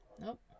nope